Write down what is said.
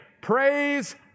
Praise